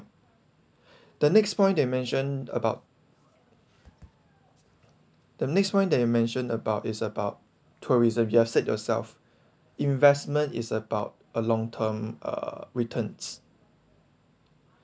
the next point that I mention about the next one that you mentioned about it's about tourism you have said yourself investment is about a long term uh returns